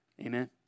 Amen